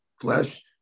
flesh